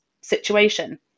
situation